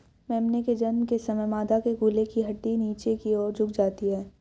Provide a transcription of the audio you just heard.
मेमने के जन्म के समय मादा के कूल्हे की हड्डी नीचे की और झुक जाती है